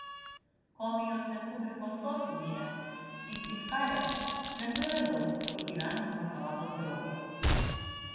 komijos respublikos sostinėje syktyvkare lengvai radau kur gyvena mano palatos draugė